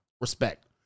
respect